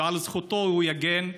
ועל זכותו הוא יגן?